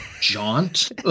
jaunt